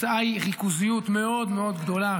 התוצאה היא ריכוזיות מאוד מאוד גדולה,